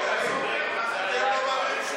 אתם לא מעבירים שום דבר.